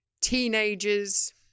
teenagers